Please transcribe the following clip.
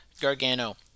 Gargano